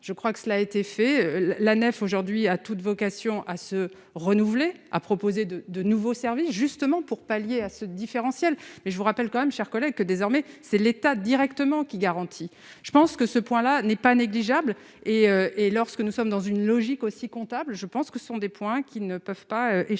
je crois que cela a été fait, la nef aujourd'hui a toute vocation à se renouveler, a proposé de de nouveaux services justement pour pallier à ce différentiel mais je vous rappelle quand même cher collègue que désormais c'est l'État directement qui garantit, je pense que ce point là n'est pas négligeable et et lorsque nous sommes dans une logique aussi comptable, je pense que ce sont des points qui ne peuvent pas échapper